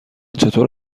چطور